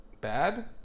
Bad